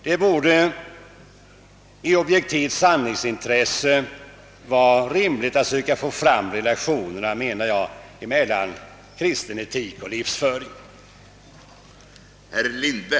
Det borde i den objektiva sanningens intresse vara rimligt att undersöka relationerna mellan kristen etik och livsföring.